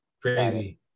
crazy